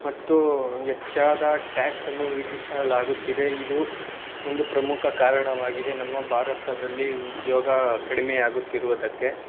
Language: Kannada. ಮತ್ತು ಹೆಚ್ಚಾದ ಟ್ಯಾಕ್ಸನ್ನು ವಿಧಿಸಲಾಗುತ್ತಿದೆ ಇದು ಒಂದು ಪ್ರಮುಖ ಕಾರಣವಾಗಿದೆ ನಮ್ಮ ಭಾರತದಲ್ಲಿ ಉದ್ಯೋಗ ಕಡಿಮೆಯಾಗುತ್ತಿರುವುದಕ್ಕೆ